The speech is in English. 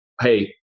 hey